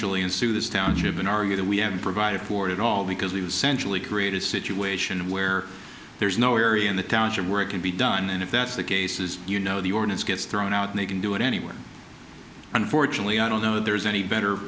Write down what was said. eventually and sue this township in argue that we haven't provided for it all because he was centrally created a situation where there's nowhere in the township where it can be done and if that's the case is you know the ordinance gets thrown out and they can do it anywhere unfortunately i don't know there is any better